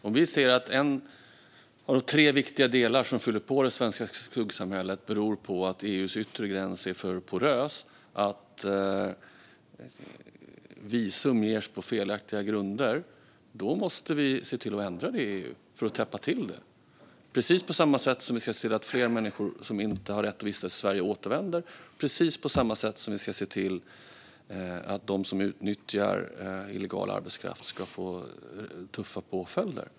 Om vi ser att en av tre viktiga orsaker till att det svenska skuggsamhället fylls på är att EU:s yttre gräns är för porös och att visum ges på felaktiga grunder måste vi se till att ändra det för att täppa till hålet, på precis samma sätt som vi ska se till att fler människor som inte har rätt att vistas i Sverige återvänder och på precis samma sätt som vi ska se till att de som utnyttjar illegal arbetskraft får tuffa påföljder.